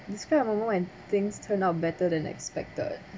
describe a moment when things turn out better than expected